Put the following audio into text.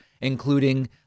including